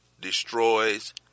destroys